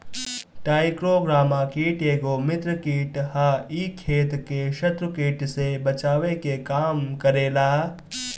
trichogramma कीट एगो मित्र कीट ह इ खेत के शत्रु कीट से बचावे के काम करेला